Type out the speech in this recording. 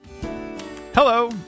Hello